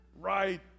Right